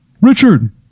richard